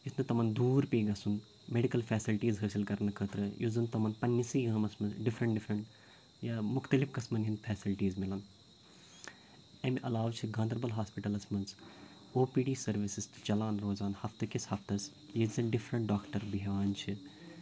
یُتھ نہٕ تِمن دوٗر پٮ۪یہِ گَژھُن میڈِکَل فیسلٹیٖز حٲصِل کرنہٕ خٲطرٕ یُتھ زَن تٕمن پنٕنہِ سٕے گامَس منٛز ڈِفرَنٛٹ ڈِفرَنٛٹ یا مُختٕلِف قٕسمَن ہِنٛز فیسلٹیٖز مِلَن امہِ علاو چھِ گانٛدَربَل ہاسپِٹَلَس منٛز او پی ڈی سٕروِسز تہِ چَلان روزان ہَفتٕکِس ہَفتَس ییٚتہِ زَن ڈِفرَنٛٹ ڈاکٹَر بٮ۪ہوان چھ